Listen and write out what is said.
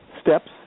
steps